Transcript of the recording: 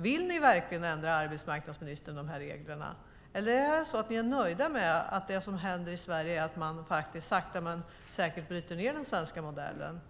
Vill ni verkligen ändra de här reglerna, arbetsmarknadsministern? Eller är ni nöjda med att det som händer i Sverige är att man faktiskt sakta med säkert bryter ned den svenska modellen?